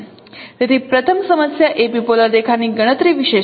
તેથી પ્રથમ સમસ્યા એપિપોલર રેખાની ગણતરી વિશે છે